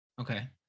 okay